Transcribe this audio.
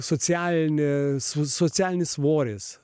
socialinė socialinis svoris